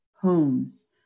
homes